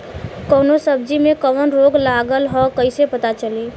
कौनो सब्ज़ी में कवन रोग लागल ह कईसे पता चली?